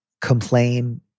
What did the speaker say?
complain